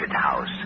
house